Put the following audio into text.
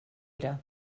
era